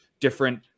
different